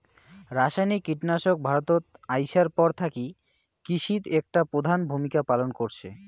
রাসায়নিক কীটনাশক ভারতত আইসার পর থাকি কৃষিত একটা প্রধান ভূমিকা পালন করসে